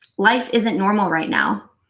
life isn't normal right now.